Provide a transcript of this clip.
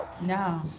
No